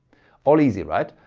all easy right?